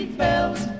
bells